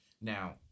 Now